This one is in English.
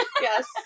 Yes